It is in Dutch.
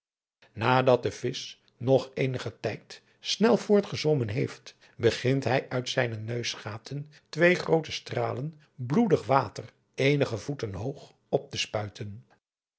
nadat de visch nog eenigen tijd snel voortgezwommen heeft begint hij uit zijne neusgaten twee groote stralen bloedig water eenige voeten hoog op te spuiten